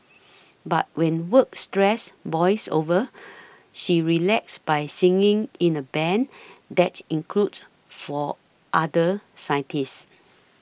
but when work stress boils over she relaxes by singing in a band that includes four other scientists